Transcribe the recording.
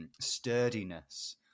Sturdiness